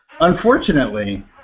Unfortunately